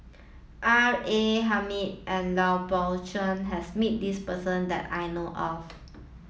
R A Hamid and Lui Pao Chuen has met this person that I know of